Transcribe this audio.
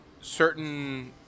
certain